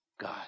God